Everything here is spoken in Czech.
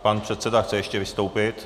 Pan předseda chce ještě vystoupit.